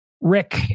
Rick